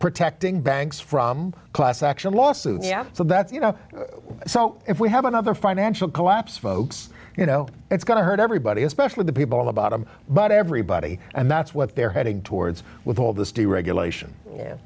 protecting banks from class action lawsuits yeah so that's you know so if we have another financial collapse folks you know it's going to hurt everybody especially the people in the bottom but everybody and that's what they're heading towards with all this deregulation y